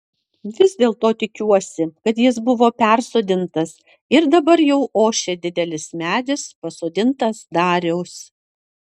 vis dėlto tikiuosi kad jis buvo persodintas ir dabar jau ošia didelis medis pasodintas dariaus